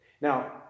Now